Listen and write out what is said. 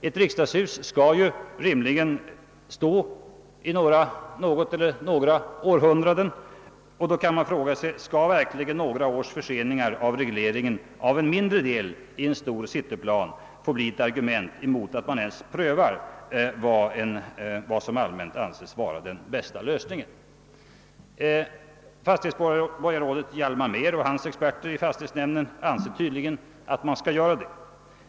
Ett riksdagshus skall ju rimligen stå i något eller några århundraden, och då kan man fråga sig: Skall verkligen några års förseningar av regleringen av en mindre del i en stor cityplan få bli ett argument mot att man ens prövar vad som allmänt anses vara den bästa lösningen? Fastighetsborgarrådet Hjalmar Mehr och hans experter i fastighetsnämnden anser tydligen att svaret på den frågan är ja.